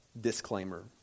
disclaimer